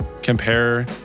Compare